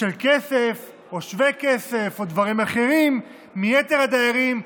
של כסף או שווה כסף או דברים אחרים מיתר הדיירים,